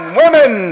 women